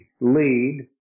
lead